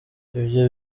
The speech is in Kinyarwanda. ibyo